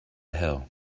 hill